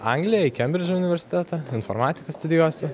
angliją į kembridžo universitetą informatiką studijuosiu